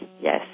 Yes